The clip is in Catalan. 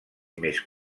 més